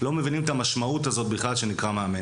לא מבינים את המשמעות של מה זה נקרא מאמן.